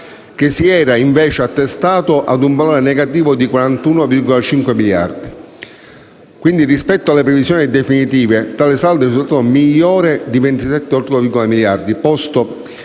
che si era invece assestato ad un valore negativo di 41,5 miliardi. Rispetto alle previsioni definitive, tale saldo è risultato migliore di 27,8 miliardi, posto